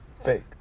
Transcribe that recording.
fake